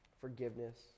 forgiveness